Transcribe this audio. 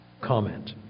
comment